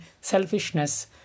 selfishness